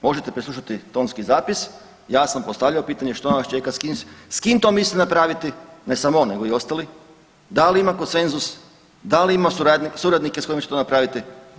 Možete preslušati tonski zapis, ja sam postavio pitanje što nas čeka, s kim to misli napraviti, ne samo on nego i ostali, da li ima konsenzus, da li ima suradnike s kojima će to napraviti.